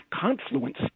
Confluence